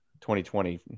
2020